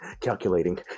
calculating